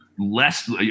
Less